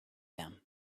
them